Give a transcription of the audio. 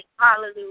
Hallelujah